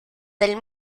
del